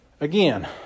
again